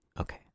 Okay